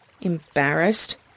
embarrassed